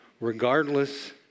regardless